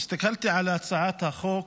הסתכלתי על הצעת החוק,